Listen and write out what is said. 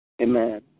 Amen